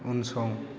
उनसं